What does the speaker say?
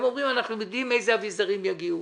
הם אומרים שהם יודעים איזה אביזרים יגיעו,